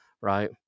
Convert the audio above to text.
right